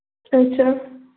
अच्छा